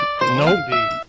Nope